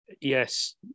yes